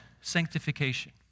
sanctification